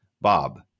Bob